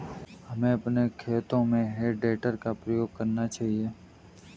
हमें अपने खेतों में हे टेडर का प्रयोग करना चाहिए